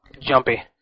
Jumpy